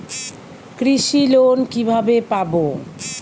কৃষি লোন কিভাবে পাব?